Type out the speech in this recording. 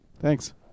Thanks